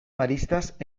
maristas